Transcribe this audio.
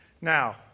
Now